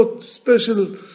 special